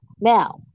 Now